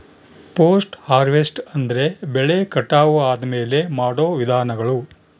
post harvest ಅಂದ್ರೆ ಬೆಳೆ ಕಟಾವು ಆದ್ಮೇಲೆ ಮಾಡೋ ವಿಧಾನಗಳು